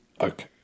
okay